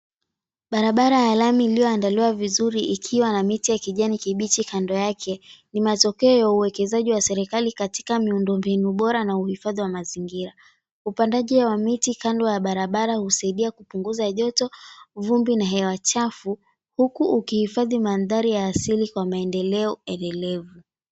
Barabara ya lami iliyoandaliwa vizuri ikiwa na miti ya kijani kibichi. Kando yake ni matokeo ya uwekezaji wa serikali katika miundo mbinu bora na uhifadhi wa mazingira. Upandaji wa miti kando ya barabara husaidia kupunguza joto, vumbi na hewa chafu, huku ukihifadhi mandhari ya asili kwa maendeleo endelevu.